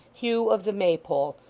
hugh of the maypole,